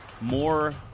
more